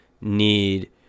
need